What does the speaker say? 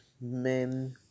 men